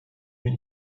bin